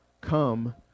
come